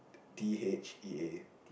T H E A